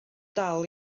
dal